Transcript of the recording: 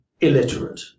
illiterate